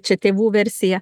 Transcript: čia tėvų versija